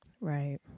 Right